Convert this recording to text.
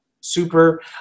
super